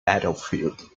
battlefield